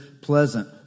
pleasant